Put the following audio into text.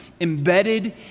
embedded